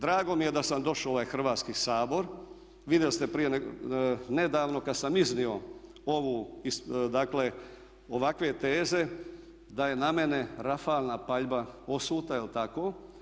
Drago mi je da sam došao u ovaj Hrvatski sabor, vidjeli ste prije nedavno kada sam iznio ovu dakle, ovakve teze da je na mene rafalna paljba osuta, je li tako?